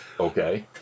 Okay